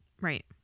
Right